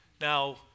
Now